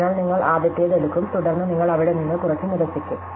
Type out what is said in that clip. അതിനാൽ നിങ്ങൾ ആദ്യത്തേത് എടുക്കും തുടർന്ന് നിങ്ങൾ അവിടെ നിന്ന് കുറച്ച് നിരസിക്കും